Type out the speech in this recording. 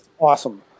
awesome